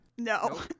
No